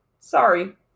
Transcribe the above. Sorry